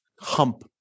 hump